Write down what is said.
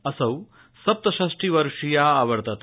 असौ सप्तष्टि वर्षीया अवर्तत